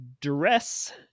dress